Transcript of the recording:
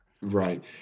Right